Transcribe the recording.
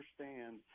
understand